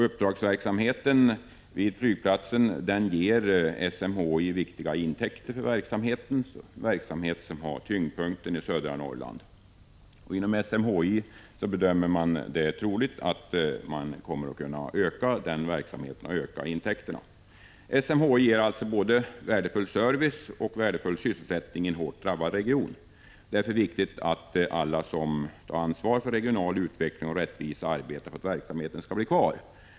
Uppdragsverksamheten vid flygplatsen ger SMHI viktiga intäkter och har tyngdpunkten i södra Norrland. Inom SMHI bedömer man det som troligt att man kommer att kunna öka denna verksamhet och öka intäkterna. SMHI ger alltså både värdefull service och värdefull sysselsättning i en hårt drabbad region. Det är därför viktigt att alla som har ansvar för regional utveckling och rättvisa arbetar för att verksamheten skall bli kvar.